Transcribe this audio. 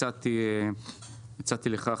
הצעתי לך,